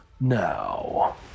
now